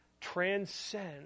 transcend